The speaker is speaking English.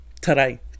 today